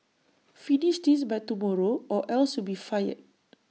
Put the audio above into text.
finish this by tomorrow or else you'll be fired